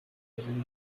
legal